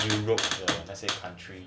europe as a country